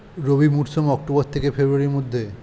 রবি মৌসুম অক্টোবর থেকে ফেব্রুয়ারির মধ্যে